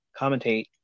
commentate